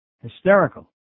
Hysterical